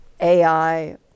AI